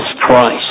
Christ